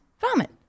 vomit